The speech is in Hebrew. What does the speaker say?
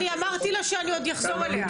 אני אמרתי לה שאני עוד אחזור אליה,